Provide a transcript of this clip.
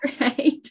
right